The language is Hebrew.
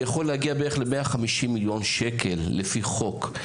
יכול להגיע בערך ל-150 מיליון שקל לפי חוק.